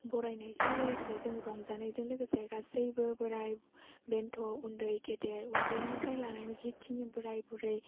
बरायनायजों लोगोसे जोङो रंजानायजों लोगोसै गासैबो बोराय बेन्थ' उन्दै गेदेर उन्दैनिफ्राय लानानै जिखिनि बोराय बुरै